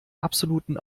absoluten